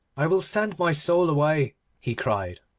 i will send my soul away he cried,